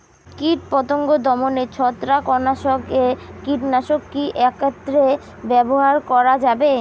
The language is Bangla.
কীটপতঙ্গ দমনে ছত্রাকনাশক ও কীটনাশক কী একত্রে ব্যবহার করা যাবে?